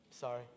sorry